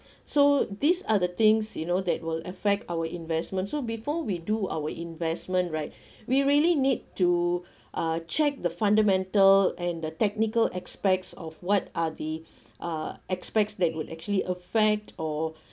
so these are the things you know that will affect our investments so before we do our investment right we really need to uh check the fundamental and the technical aspects of what are the uh aspects that would actually affect or